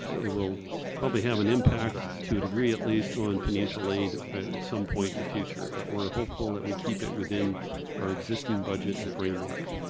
ah it will probably have an impact to a degree at least on financial aid at some point in the future, but we are hopeful we keep it within our existing budget and framework.